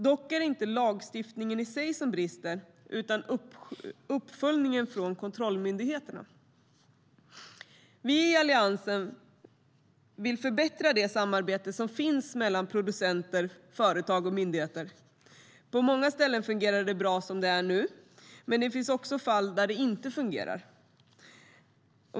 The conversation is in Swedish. Dock är det inte lagstiftningen i sig som brister utan uppföljningen från kontrollmyndigheterna. Vi i Alliansen vill förbättra det samarbete som finns mellan producenter, företag och myndigheter. På många ställen fungerar det bra som det är, men det finns också fall där det inte fungerar.